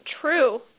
True